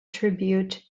tribute